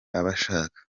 abashaka